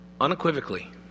unequivocally